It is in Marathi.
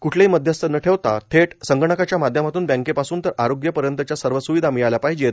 क्ठलेही मध्यस्थ न ठेवता थेट संगणकाच्या माध्यमातून बँकेपासून तर आरोग्य पर्यंतच्या सर्व स्विधा मिळाल्या पाहीजे